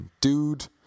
dude